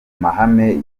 mahame